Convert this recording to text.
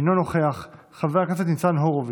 אינו נוכח, חבר הכנסת ניצן הורוביץ,